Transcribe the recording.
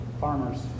farmers